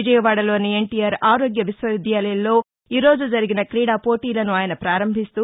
విజయవాడలోని ఎన్టీఆర్ ఆరోగ్య విశ్వ విద్యాలయంలో ఈరోజు జరిగిన క్రీడా పోటీలను ఆయన ప్రారంభిస్తూ